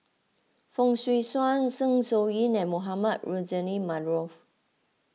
Fong Swee Suan Zeng Shouyin and Mohamed Rozani Maarof